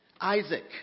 Isaac